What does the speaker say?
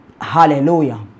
hallelujah